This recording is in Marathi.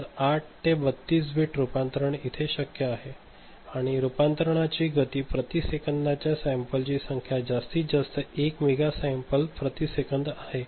तर 8 ते 32 बिट्स रूपांतरण इथे शक्य आहे आणि रूपांतरणाची गती प्रति सेकंदाच्या सॅम्पलची संख्या जास्तीत जास्त 1 मेगा सॅम्पल प्रति सेकंद आहे